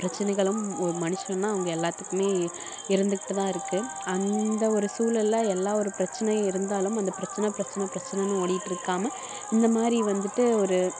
பிரச்சனைகளும் ஒரு மனுஷன்னா அவங்க எல்லோத்துக்குமே இருந்துக்கிட்டு தான் இருக்குது அந்த ஒரு சூழலில் எல்லா ஒரு பிரச்சனை இருந்தாலும் அந்த பிரச்சனை பிரச்சனை பிரச்சனைன்னு ஓடிட்டு இருக்காமல் இந்த மாதிரி வந்துவிட்டு ஒரு